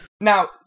Now